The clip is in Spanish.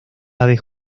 aves